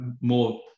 more